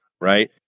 right